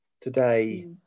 today